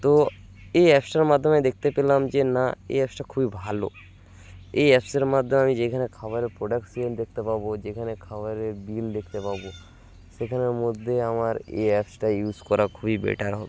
তো এই অ্যাপসটার মাধ্যমে দেখতে পেলাম যে না এই অ্যাপসটা খুবই ভালো এই অ্যাপসের মাধ্যমে আমি যেখানে খাবারের প্রোডাকশন দেখতে পাবো যেখানে খাবারের বিল দেখতে পাবো সেখানের মধ্যে আমার এই অ্যাপসটা ইউস করা খুবই বেটার হবে